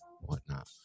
whatnot